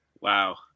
Wow